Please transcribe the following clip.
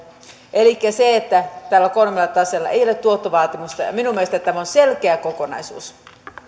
elikkä tällä kolmannella taseella ei ole tuottovaatimusta ja minun mielestäni tämä on selkeä kokonaisuus